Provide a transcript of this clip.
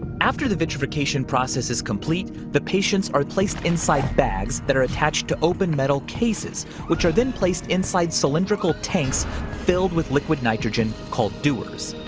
after the verification process is complete. the patients are placed inside bags that are attached to open metal cases, which are then placed inside cylindrical tanks filled with liquid nitrogen called dewars.